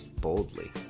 boldly